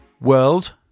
World